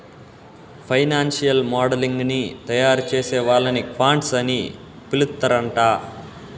financial modelling ని తయారుచేసే వాళ్ళని క్వాంట్స్ అని పిలుత్తరాంట